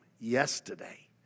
yesterday